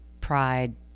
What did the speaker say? pride